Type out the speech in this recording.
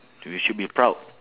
you should be proud